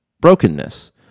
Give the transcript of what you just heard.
brokenness